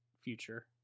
future